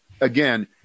again